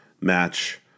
match